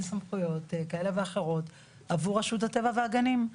סמכויות כאלה ואחרות עבור רשות הטבע והגנים.